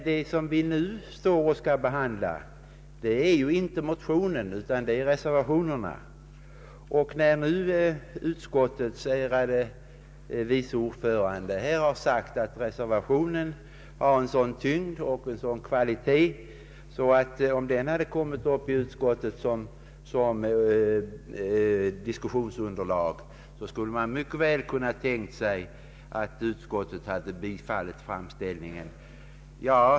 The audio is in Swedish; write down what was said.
Det vi nu skall behandla är ju inte motionen utan reservationen, och här har utskottets ärade vice ordförande just sagt att reservation 2 har en sådan tyngd och en sådan kvalitet att om den hade kommit upp som diskussionsunderlag i utskottet så skulle man mycket väl kunna tänka sig att utskottet hade tillstyrkt framställningen.